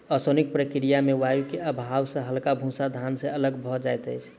ओसौनिक प्रक्रिया में वायु के प्रभाव सॅ हल्का भूस्सा धान से अलग भअ जाइत अछि